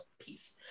peace